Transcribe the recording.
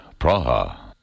Praha